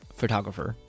photographer